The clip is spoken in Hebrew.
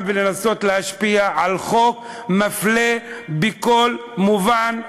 ולנסות להשפיע על חוק מפלה בכל מובן,